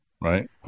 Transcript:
Right